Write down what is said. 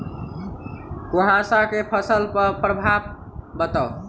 कुहासा केँ फसल पर प्रभाव बताउ?